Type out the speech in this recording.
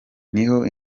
niho